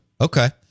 Okay